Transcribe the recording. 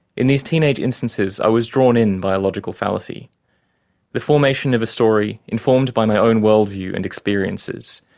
in these teenage instances, i was drawn in by a logical fallacy the formation of a story, informed by my own worldview and experiences.